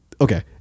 okay